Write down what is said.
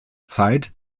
zeit